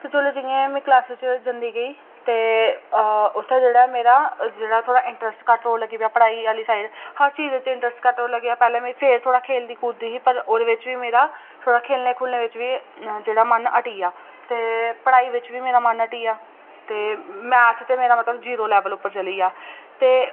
ते जोल्लै जि'यां में क्लॉस च जंदी गेई ते उ'त्थें जेह्ड़ा मेरा थोह्ड़ा इंटरस्ट घट्ट होन लग्गी गेआ पढाई आह्ली साइड हर चीज़ च इंटरस्ट घट्ट होन लग्गी गेआ पैह्लें में थोह्ड़ा खेलदी खुलदी ही पर ओह्दे बिच बी मेरा थोह्ड़ा खेलने खुलने च बी थोह्ड़ा मन जेह्ड़ा ओह् हटिया ते पढ़ाई बिच बी मेरा मन हटिया ते मैथ ते मेरा मतलब जीरो लेवल उप्पर चली आ ते